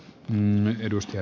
arvoisa puhemies